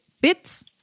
bits